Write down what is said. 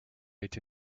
été